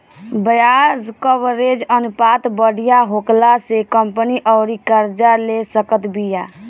ब्याज कवरेज अनुपात बढ़िया होखला से कंपनी अउरी कर्जा ले सकत बिया